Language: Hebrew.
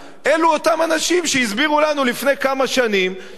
אלה אותם אנשים שהסבירו לנו לפני כמה שנים שאין